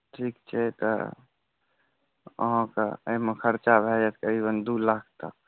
ठीक छै तऽ अहाँकेँ एहिमे खर्चा भए जायत करीबन दू लाख तक